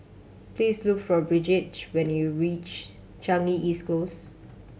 please look for Bridgette when you reach Changi East Close